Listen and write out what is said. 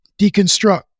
deconstruct